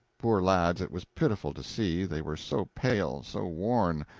poor lads, it was pitiful to see, they were so pale, so worn,